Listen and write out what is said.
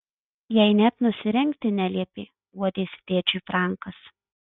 jai net nusirengti neliepė guodėsi tėčiui frankas